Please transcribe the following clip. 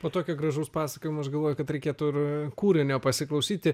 po tokio gražaus pasakojimo aš galvoju kad reikėtų ir kūrinio pasiklausyti